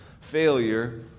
Failure